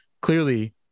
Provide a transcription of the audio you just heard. Clearly